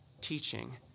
teaching